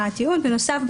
בנוסף,